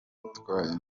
bitwaye